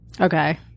Okay